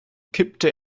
kippte